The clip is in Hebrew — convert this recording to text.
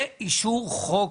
זה אישור חוק.